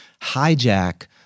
hijack